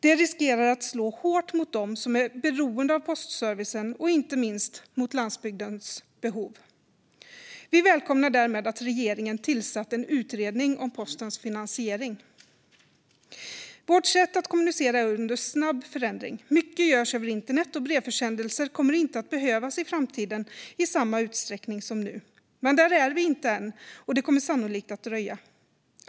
Det riskerar att slå hårt mot dem som är beroende av postservicen och inte minst mot landsbygdens behov. Vi välkomnar därför att regeringen tillsatt en utredning om postens finansiering. Vårt sätt att kommunicera är under snabb förändring. Mycket görs över internet, och brevförsändelser kommer inte att behövas i framtiden i samma utsträckning som nu. Men där är vi inte än, och det kommer sannolikt att dröja.